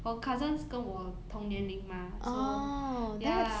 我 cousins 跟我同年龄 mah so ya